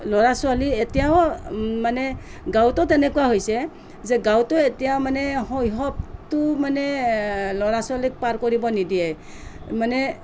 ল'ৰা ছোৱালী এতিয়াও মানে গাঁৱতো তেনেকুৱা হৈছে যে গাঁৱতো এতিয়া মানে শৈশৱটো মানে ল'ৰা ছোৱালীক পাৰ কৰিবলৈ নিদিয়ে মানে